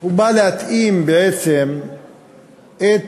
הוא בא להתאים בעצם את